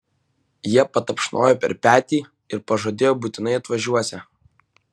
jie patapšnojo per petį ir pažadėjo būtinai atvažiuosią